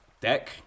deck